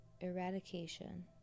eradication